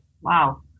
wow